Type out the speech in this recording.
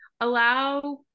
Allow